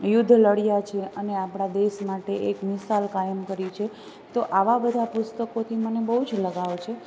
યુદ્ધ લડ્યા છે અને આપણા દેશ માટે એક મિસાલ કાયમ કરી છે તો આવાં બધાં પુસ્તકોથી મને બહુ જ લગાવ છે